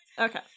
Okay